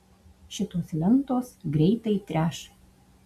šitos lentos greitai treš